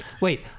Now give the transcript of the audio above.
Wait